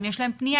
אם יש להם פנייה,